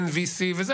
תן לי לסיים את זה.